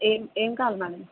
ఏం ఏం కావాలి మేడం